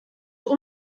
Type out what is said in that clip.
zur